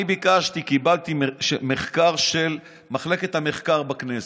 אני ביקשתי וקיבלתי מחקר של מחלקת המחקר בכנסת: